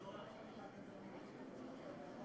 בגלל הייעוד שלה בחברותה הקבועה במועצת הביטחון,